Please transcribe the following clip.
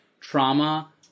trauma